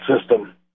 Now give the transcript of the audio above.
system